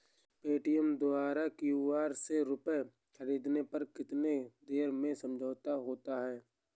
Paytm द्वारा QR से रूपए ख़रीदने पर कितनी देर में समझौता होता है?